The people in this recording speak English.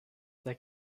their